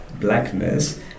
blackness